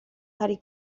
harry